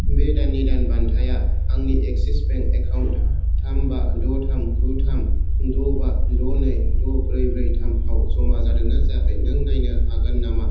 बे दाननि दान बान्थाया आंनि एक्सिस बेंक एकाउन्ट थाम बा द' थाम गु थाम द' बा द' नै द' ब्रै ब्रै थाम आव जमा जादोंना जायाखै नों नायनो हागोन नामा